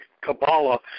Kabbalah